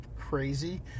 crazy